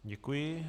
Děkuji.